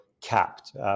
capped